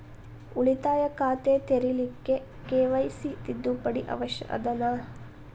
ಉಳಿತಾಯ ಖಾತೆ ತೆರಿಲಿಕ್ಕೆ ಕೆ.ವೈ.ಸಿ ತಿದ್ದುಪಡಿ ಅವಶ್ಯ ಅದನಾ?